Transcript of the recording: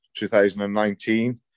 2019